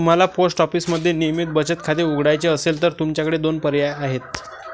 तुम्हाला पोस्ट ऑफिसमध्ये नियमित बचत खाते उघडायचे असेल तर तुमच्याकडे दोन पर्याय आहेत